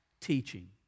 teaching